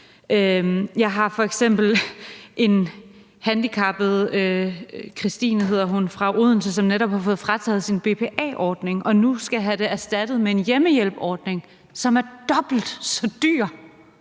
et eksempel på en handicappet, Kristine hedder hun, fra Odense, som netop har fået frataget sin BPA-ordning og nu skal have den erstattet med en hjemmehjælpsordning, som er dobbelt så dyr.